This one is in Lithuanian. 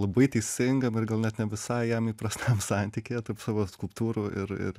labai teisinga bet gal net ne visai jam įprasta santykyje tarp savo skulptūrų ir ir